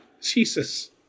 Jesus